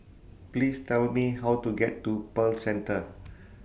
Please Tell Me How to get to Pearl Centre